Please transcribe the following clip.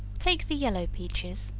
take the yellow peaches,